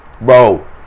bro